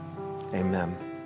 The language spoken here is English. amen